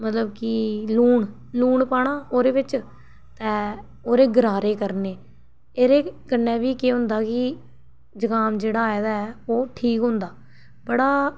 मतलब कि लून लून पाना ओह्दे बिच्च ते ओह्दे गरारे करने एह्दे कन्नै बी केह् होंदा कि जकाम जेह्ड़ा आए दा ऐ ओह् ठीक होंदा बड़ा